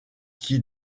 qui